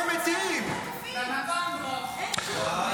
מיקי, כל יום מתים ישראלים בשבי.